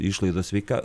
išlaidos sveika